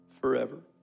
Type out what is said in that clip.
forever